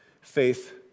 Faith